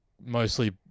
mostly